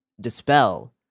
dispel